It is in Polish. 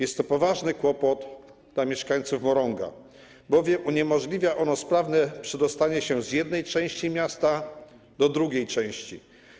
Jest to poważny kłopot dla mieszkańców Morąga, bowiem uniemożliwia to sprawne przedostanie się z jednej części miasta do drugiej części.